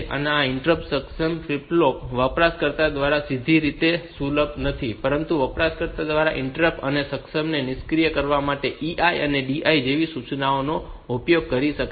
તો આ ઇન્ટરપ્ટ સક્ષમ ફ્લિપ ફ્લોપ વપરાશકર્તા દ્વારા સીધી રીતે સુલભ નથી પરંતુ વપરાશકર્તા આ ઇન્ટરપ્ટ ને સક્ષમ અને નિષ્ક્રિય કરવા માટે EI અને DI જેવી સૂચનાઓનો ઉપયોગ કરી શકે છે